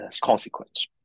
consequence